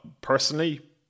personally